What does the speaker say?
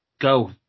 go